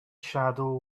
shadow